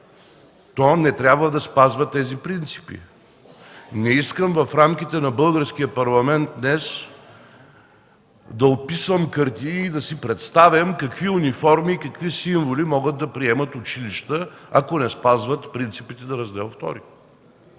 то не трябва да спазва тези принципи? Не искам в рамките на Българския парламент днес да описвам картини и да си представям какви униформи и какви символи могат да приемат училища, ако не спазват принципите на Раздел